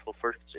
first